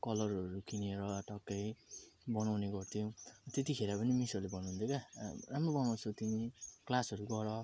कलरहरू किनेर आ ठक्कै बनाउने गर्थ्यो त्यतिखेर पनि मिसहरूले भन्नुहुन्थ्यो क्या अब राम्रो बनाउँछौ तिमी क्लासहरू गर